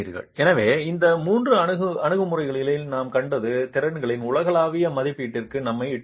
எனவே கடந்த மூன்று அணுகுமுறைகளில் நாம் கண்டது திறன்களின் உலகளாவிய மதிப்பீட்டிற்கு நம்மை இட்டுச் செல்லும்